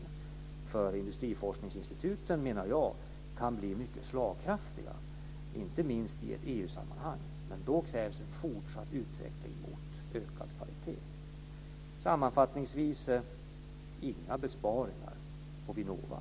Jag menar nämligen att industriforskningsinstituten kan bli mycket slagkraftiga, inte minst i ett EU-sammanhang. Men då krävs det en fortsatt utveckling mot ökad kvalitet. Sammanfattningsvis: Det sker inga besparingar på Vinnova.